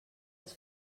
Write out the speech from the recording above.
els